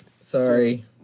Sorry